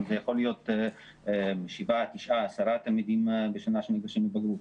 אז זה יכול להיות 7,9,10 תלמידים בשנה שניגשים לבגרות.